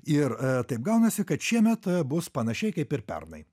ir taip gaunasi kad šiemet bus panašiai kaip ir pernai